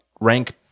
rank